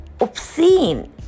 obscene